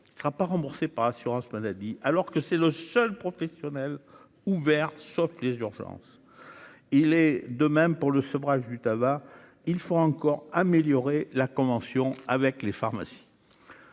sera pas remboursé par l'assurance maladie, alors que c'est le seul professionnel ouverte, sauf les urgences, il est de même pour le sevrage du tabac, il faut encore améliorer la convention avec les pharmacies